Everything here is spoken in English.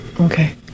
Okay